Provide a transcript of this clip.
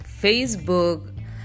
facebook